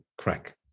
crack